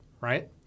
right